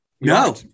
No